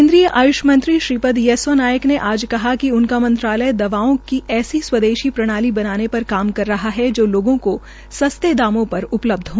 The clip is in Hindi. केन्द्रीय आय्ष मंत्री श्रीपद येस्सो नाइक ने आज कहा कि उनका मंत्रालय दवाओं की ऐसी स्वदेशी प्रणाली बनाने पर काम कर रहा है जो लोगों को सस्ते दामों पर उपलब्ध हो